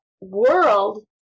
world